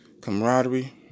camaraderie